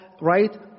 Right